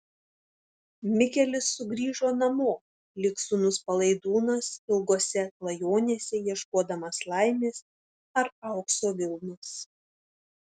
mikelis sugrįžo namo lyg sūnus palaidūnas ilgose klajonėse ieškodamas laimės ar aukso vilnos